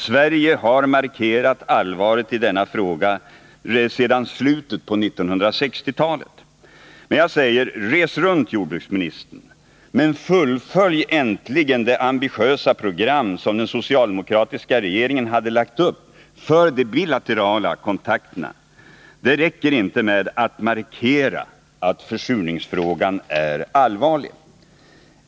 Sverige har markerat allvaret i denna fråga sedan slutet av 1960-talet. Res runt, jordbruksministern, men fullfölj äntligen det ambitiösa program som den socialdemokratiska regeringen hade lagt upp för de bilaterala kontakterna! Det räcker inte med att markera att försurningsfrågan är allvarlig.